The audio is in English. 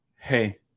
hey